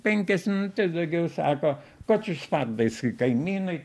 penkias minutes daugiau sako ko čia spardaisi kaimynui